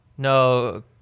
No